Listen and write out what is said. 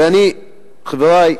ואני, חברי,